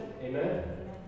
Amen